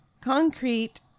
concrete